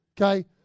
okay